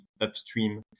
upstream